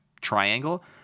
triangle